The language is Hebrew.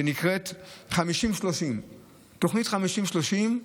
שנקראת 50 עד 30. תוכנית 50 עד 30,